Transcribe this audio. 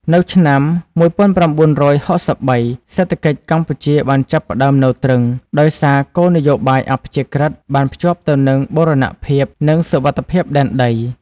នៅឆ្នាំ១៩៦៣ សេដ្ឋកិច្ចកម្ពុជាបានចាប់ផ្តើមនៅទ្រឹង ដោយសារគោលនយោបាយអព្យាក្រឹត្យបានភ្ជាប់ទៅនឹងបូរណភាព និងសុវត្ថិភាពដែនដី។